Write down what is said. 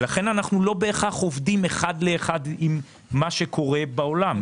ולכן אנחנו לא בהכרח עובדים אחד לאחד עם מה שקורה בעולם.